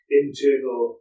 internal